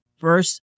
verse